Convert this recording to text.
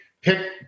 pick